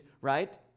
right